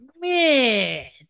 man